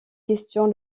questions